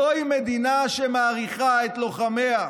זוהי מדינה שמעריכה את לוחמיה,